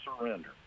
surrender